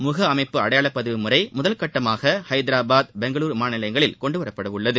முக அமைப்பு அடையாள பதிவு முறை முதற்கட்டமாக ஹைதராபாத் பெங்களுரு விமான நிலையங்களில் கொணடுவரப்படவுள்ளது